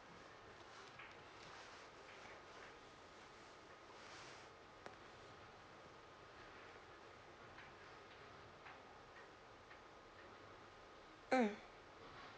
mm